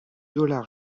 dollar